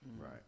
Right